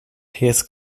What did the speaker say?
his